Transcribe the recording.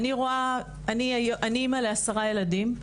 אני אימא ל-10 ילדים,